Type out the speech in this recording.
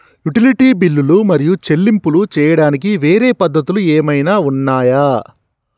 Utility బిల్లులు మరియు చెల్లింపులు చేయడానికి వేరే పద్ధతులు ఏమైనా ఉన్నాయా?